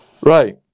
Right